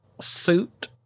suit